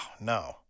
no